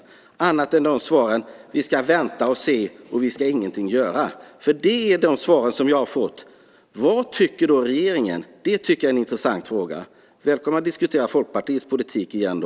Här har jag bara fått svaren: Vi ska vänta och se och vi ska ingenting göra. Vad tycker regeringen? Det tycker jag är en intressant fråga. Välkommen att diskutera Folkpartiets politik igen, då!